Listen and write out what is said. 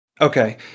Okay